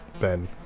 Ben